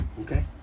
Okay